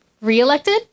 re-elected